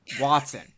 Watson